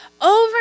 Over